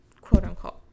quote-unquote